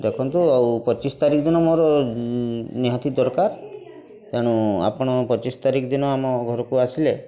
ଦେଖନ୍ତୁ ଆଉ ପଚିଶ ତାରିଖ ଦିନ ମୋର ନିହାତି ଦରକାର ତେଣୁ ଆପଣ ପଚିଶ ତାରିଖ ଦିନ ଆମ ଘରକୁ ଆସିଲେ